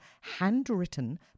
handwritten